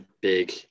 big